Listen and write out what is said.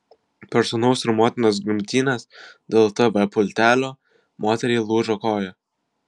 per sūnaus ir motinos grumtynes dėl tv pultelio moteriai lūžo koja